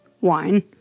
wine